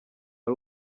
ari